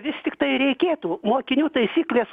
vis tiktai reikėtų mokinių taisyklės